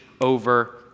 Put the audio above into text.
over